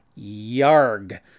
Yarg